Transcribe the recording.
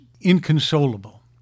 inconsolable